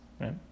Right